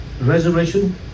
resurrection